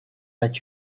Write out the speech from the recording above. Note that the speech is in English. let